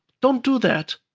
don't do that.